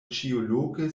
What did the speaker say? ĉiuloke